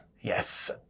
Yes